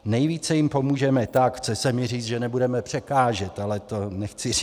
Nejvíce jim pomůžeme tak chce se mi říct, že nebudeme překážet, ale to nechci říct.